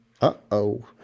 uh-oh